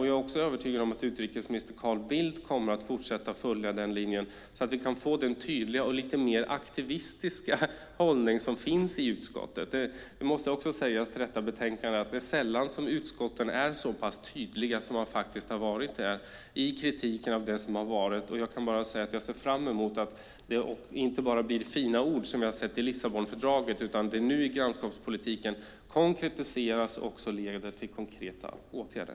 Jag är också övertygad om att utrikesminister Carl Bildt kommer att fortsätta följa den linjen, så att vi kan få den tydliga och lite mer aktivistiska hållning som finns i utskottet. Det är sällan som utskotten är så tydliga i kritiken av det som har varit som man faktiskt har varit här. Jag ser fram emot att det inte bara blir fina ord, som i Lissabonfördraget, utan att det nu i grannskapspolitiken konkretiseras och leder till konkreta åtgärder.